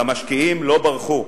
והמשקיעים לא ברחו,